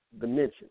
dimension